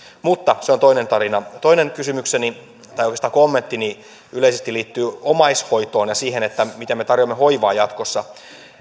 mutta se on toinen tarina toinen kysymykseni tai oikeastaan kommenttini yleisesti liittyy omaishoitoon ja siihen miten me tarjoamme hoivaa jatkossa